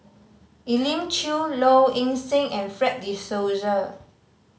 Elim Chew Low Ing Sing and Fred De Souza